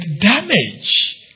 damage